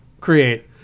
create